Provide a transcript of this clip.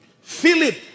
Philip